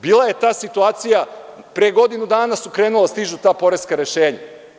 Bila je ta situacija, pre godinu dana su krenula da stižu ta poreska rešenja.